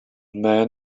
man